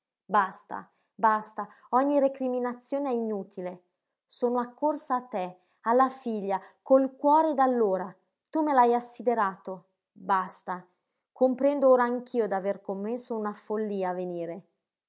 basta basta ogni recriminazione è inutile sono accorsa a te alla figlia col cuore d'allora tu me l'hai assiderato basta comprendo ora anch'io d'aver commesso una follia a venire